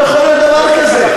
לא יכול להיות דבר כזה.